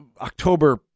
October